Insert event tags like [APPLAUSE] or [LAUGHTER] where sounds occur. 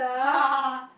[LAUGHS]